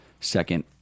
Second